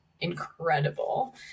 incredible